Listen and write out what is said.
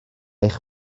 eich